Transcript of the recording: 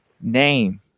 name